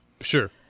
sure